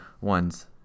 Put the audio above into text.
ones